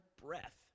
breath